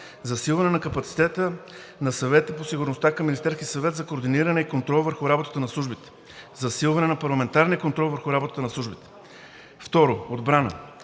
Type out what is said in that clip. засилване на капацитета на Съвета по сигурността към Министерския съвет за координиране и контрол върху работата на службите; засилване на парламентарния контрол върху работата на службите. 2. Отбрана: